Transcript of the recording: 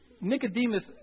Nicodemus